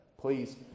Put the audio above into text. Please